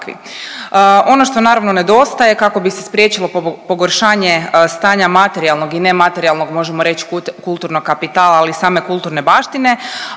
Ono što naravno nedostaje kako bi se spriječilo pogoršanje stanja materijalnog i nematerijalnog možemo reć kulturnog kapitala ali i same kulturne baštine